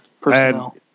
personnel